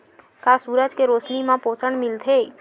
का सूरज के रोशनी म पोषण मिलथे?